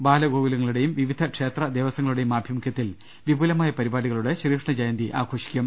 ബാലഗോകുലങ്ങളുടെയും വിവിധ ക്ഷേത്ര ദേവസ്വങ്ങളുടെയും ആഭിമുഖ്യത്തിൽ വിപുലമായ പരിപാടികളോടെ ശ്രീകൃഷ്ണ ജയന്തി ആഘോഷിക്കും